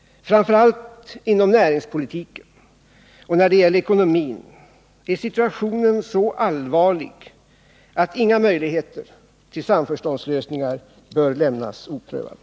Framför allt inom näringspolitiken och ekonomin är situationen så allvarlig att inga möjligheter till samförståndslösningar bör lämnas oprövade.